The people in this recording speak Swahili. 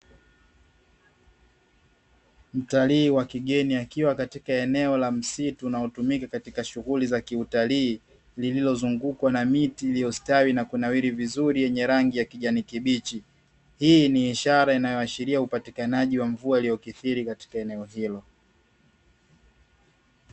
Mtalii wa kigeni akiwa katika eneo la msitu unaotumika katika shughuli za kitalii, lililozungukwa na miti iliyostawi na kunawiri vizuri yenye rangi ya kijani kibichi. hii ni ishara inayoashiria upatikanaji wa mvua iliyokithiri katika eneo hilo.